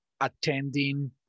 attending